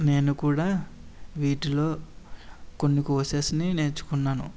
నేను కూడా వీటిలో కొన్ని కోర్సెస్ని నేర్చుకున్నాను